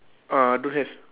uh don't have